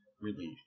relief